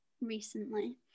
recently